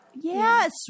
yes